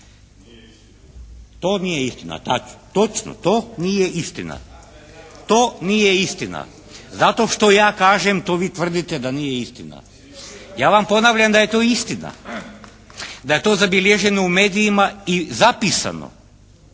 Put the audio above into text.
to nije istina. To nije istina zato što ja kažem to vi tvrdite da nije istina. Ja vam ponavljam da je to istina. Da je to zabilježeno u medijima i zapisano,